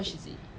how much is it